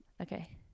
Okay